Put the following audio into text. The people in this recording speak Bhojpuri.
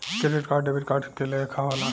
क्रेडिट कार्ड डेबिट कार्ड के लेखा होला